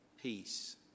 peace